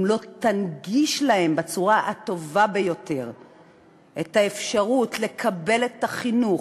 אם לא תנגיש להם בצורה הטובה ביותר את האפשרות לקבל חינוך,